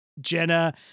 Jenna